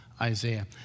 Isaiah